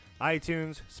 iTunes